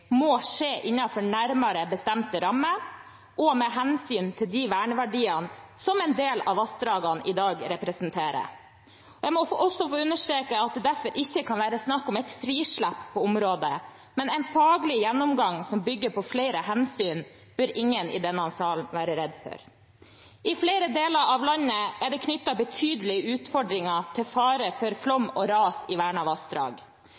må skje innenfor nærmere bestemte rammer og med hensyn til de verneverdiene som en del av vassdragene i dag representerer. Jeg må også få understreke at det derfor ikke kan være snakk om et frislepp på området. Men en faglig gjennomgang som bygger på flere hensyn, bør ingen i denne salen være redd for. I flere deler av landet er det knyttet betydelige utfordringer til fare for flom og ras i vernede vassdrag,